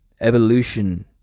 Evolution